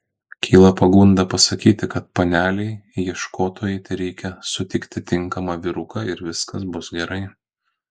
kyla pagunda pasakyti kad panelei ieškotojai tereikia sutikti tinkamą vyruką ir viskas bus gerai